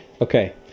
Okay